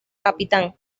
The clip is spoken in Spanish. capitán